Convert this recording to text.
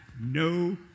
no